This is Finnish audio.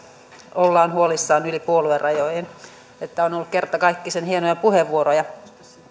ollaan huolissaan yli puoluerajojen että on ollut kertakaikkisen hienoja puheenvuoroja